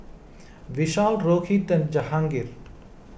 Vishal Rohit and Jahangir